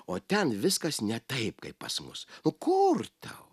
o ten viskas ne taip kaip pas mus o kur tau